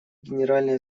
генеральной